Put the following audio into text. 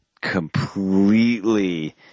completely